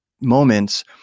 moments